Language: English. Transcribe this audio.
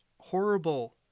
horrible